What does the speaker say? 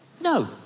No